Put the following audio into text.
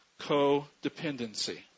codependency